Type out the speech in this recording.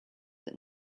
that